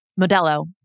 Modelo